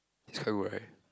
is quite good right